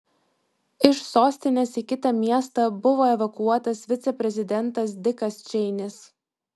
iš sostinės į kitą miestą buvo evakuotas viceprezidentas dikas čeinis